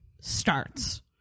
starts